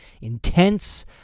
intense